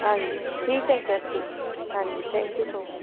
ਹਾਂਜੀ ਠੀਕ ਹੈ ਸਰ ਠੀਕ ਹੈ ਹਾਂਜੀ ਥੈਂਕ ਯੂ ਸੋ ਮਚ